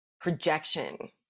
projection